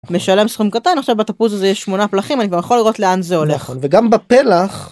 משלם סכום קטן, עכשיו בתפוז הזה 8 פלחים, אני כבר יכול לראות לאן זה הולך. נכון, וגם בפלח,